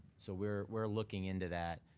so we're we're looking into that.